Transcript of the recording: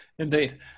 Indeed